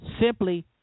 simply